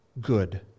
good